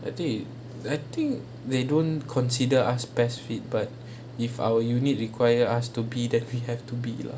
I think I think they don't consider us best fit but if our unit require us to be then we have to be lah